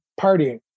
partying